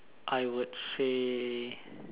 I would say